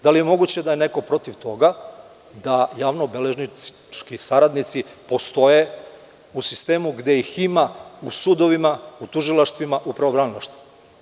Da li je moguće da je neko protiv toga da javnobeležnički saradnici postoje u sistemu gde ih ima u sudovima, u tužilaštvima, u pravobranilaštvu?